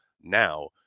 now